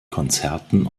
konzerten